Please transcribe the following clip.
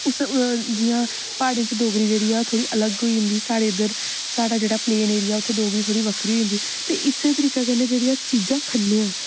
जियां प्हाडे़ं च डोगरी बड़ी अलग होई जंदी साढ़े उद्धर साढ़े जेहड़ा प्लेन एरिया उद्धर थोह्ड़ी बक्खरी होई जंदी ते इसे तरीके कन्नै जेहड़ी अस चीजां खन्ने आं